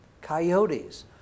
Coyotes